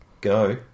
Go